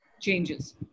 changes